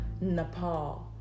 Nepal